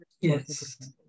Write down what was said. Yes